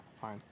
fine